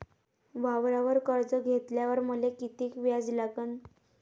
वावरावर कर्ज घेतल्यावर मले कितीक व्याज लागन?